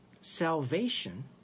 salvation